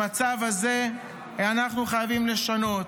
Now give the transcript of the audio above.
את המצב הזה אנחנו חייבים לשנות.